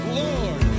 lord